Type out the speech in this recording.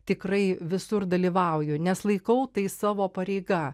tikrai visur dalyvauju nes laikau tai savo pareiga